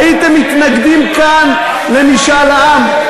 הייתם מתנגדים כאן למשאל עם?